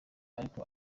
ariko